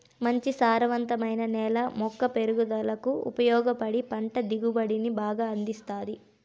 మంచి సారవంతమైన నేల మొక్క పెరుగుదలకు ఉపయోగపడి పంట దిగుబడిని బాగా అందిస్తాది